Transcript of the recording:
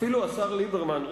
אפילו השר ליברמן,